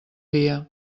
dia